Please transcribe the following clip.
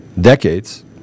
decades